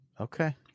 Okay